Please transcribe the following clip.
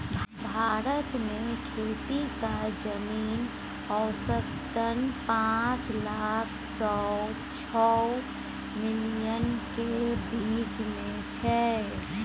भारत मे खेतीक जमीन औसतन पाँच लाख सँ छअ मिलियन केर बीच मे छै